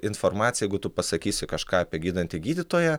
informacija jeigu tu pasakysi kažką apie gydantį gydytoją